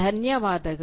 ಧನ್ಯವಾದಗಳು